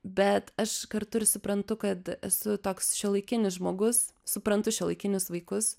bet aš kartu ir suprantu kad esu toks šiuolaikinis žmogus suprantu šiuolaikinius vaikus